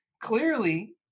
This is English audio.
clearly